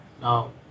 Now